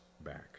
back